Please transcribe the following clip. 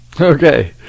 Okay